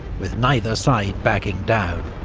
with neither side backing down.